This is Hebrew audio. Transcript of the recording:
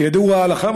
כידוע לך,